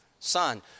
Son